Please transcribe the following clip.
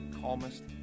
calmest